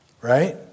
Right